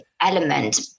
element